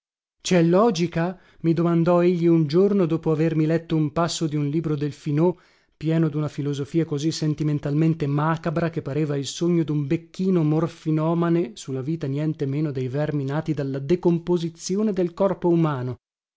cè logica mi domandò egli un giorno dopo avermi letto un passo di un libro del finot pieno duna filosofia così sentimentalmente macabra che pareva il sogno dun becchino morfinomane su la vita nientemeno dei vermi nati dalla decomposizione del corpo umano